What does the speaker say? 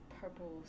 purple